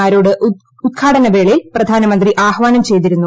മാരോട് ഉദ്ഘാടന വേളയിൽ പ്രധാനമന്ത്രി ആഹ്വാനം ചെയ്തിരുന്നു